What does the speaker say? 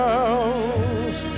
else